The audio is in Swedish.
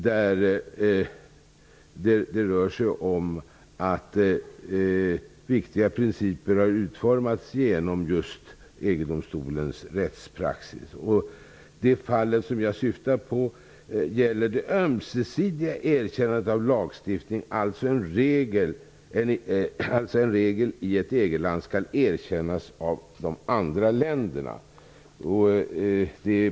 Det handlar om viktiga principer som har utformats genom just EG-domstolens rättspraxis. Det fall som jag syftar på gäller det ömsesidiga erkännandet av lagstiftningen, dvs. att en regel i ett EG-land skall erkännas av de andra länderna.